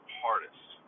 hardest